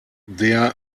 der